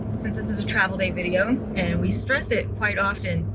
since this is a travel day video. and we stress it quite often.